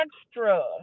extra